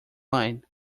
line